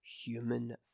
human